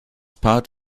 part